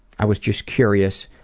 i was just curious.